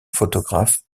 photographe